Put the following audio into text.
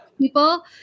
people